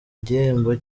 igihembo